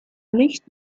nicht